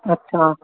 ਅੱਛਾ